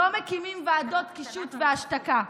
לא מקימים ועדות קישוט והשתקה.